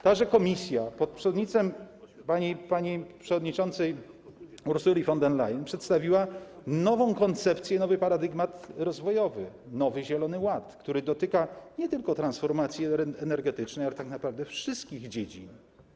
Ta Komisja pod przewodnictwem pani przewodniczącej Ursuli von der Leyen przedstawiła nową koncepcję, nowy paradygmat rozwojowy, nowy zielony ład, który dotyka nie tylko transformacji energetycznej, ale tak naprawdę wszystkich dziedzin.